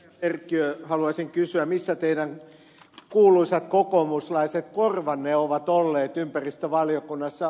perkiö haluaisin kysyä missä teidän kuuluisat kokoomuslaiset korvanne ovat olleet ympäristövaliokunnassa